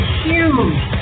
huge